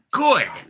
good